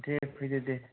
दे फैदो दे